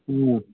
ꯎꯝ